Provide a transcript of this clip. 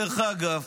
דרך אגב,